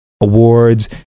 awards